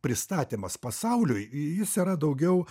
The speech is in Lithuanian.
pristatymas pasauliui jis yra daugiau